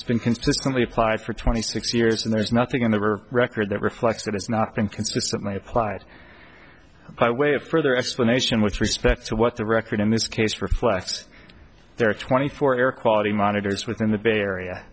it's been consistently applied for twenty six years and there's nothing in there or record that reflects that has not been consistently applied by way of further explanation with respect to what the record in this case reflects there are twenty four air quality monitors within the bay area